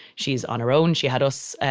she's on her own. she had us,